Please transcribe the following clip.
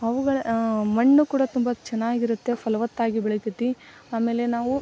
ಅವುಗಳ ಮಣ್ಣು ಕೂಡ ತುಂಬ ಚೆನ್ನಾಗಿರುತ್ತೆ ಫಲವತ್ತಾಗಿ ಬೆಳಿತೈತೆ ಆಮೇಲೆ ನಾವು